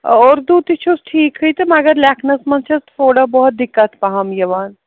اَ اردوٗ تہِ چھُس ٹھیٖکھٕے تہٕ مَگر لیکھنَس منٛز چھَس تھوڑا بہت دِقت پَہَم یِوان